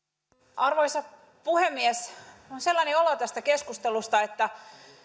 arvoisa puhemies on sellainen olo tästä keskustelusta että